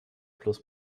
plus